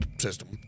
system